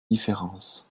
différence